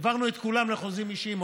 העברנו את כולם לחוזים אישיים.